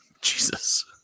jesus